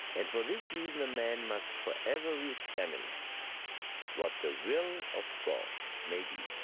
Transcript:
and for this reason a man must forever re-examine what the will of god may be.